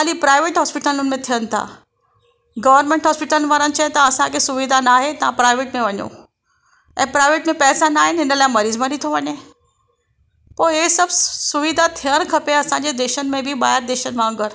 ख़ाली प्रायवेट हॉस्पिटलुनि में थियनि था गवर्मेट हॉस्पिटलुनि वारा चवनि था की सुविधा नाहे तव्हां प्रायवेट में वञो ऐं प्रायवेट में पैसा नाहिनि त मरीज़ु मरी थो वञे पोइ हे सभु स स सुविधा थियणु खपे असांजे देशनि में बि ॿाहिरि देशनि वांगुरु